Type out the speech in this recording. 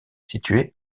situé